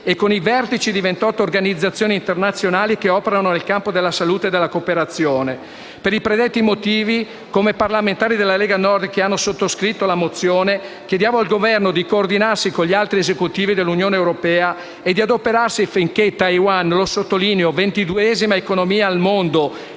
e con i vertici di ventotto organizzazioni internazionali che operano nel campo della salute e della cooperazione. Per i predetti motivi, come parlamentari della Lega Nord che hanno sottoscritto la mozione, chiediamo al Governo di coordinarsi con gli altri Esecutivi dell'Unione europea e di adoperarsi affinché Taiwan - lo sottolineo, ventiduesima economia al mondo